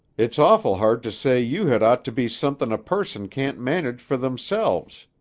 it's awful hard to say you had ought to be somethin' a person can't manage for themselves.